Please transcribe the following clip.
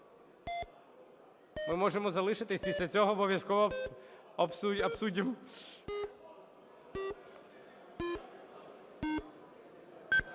Ми можемо залишитись після цього обов'язково, обсудимо.